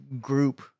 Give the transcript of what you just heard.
group